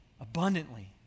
abundantly